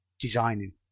designing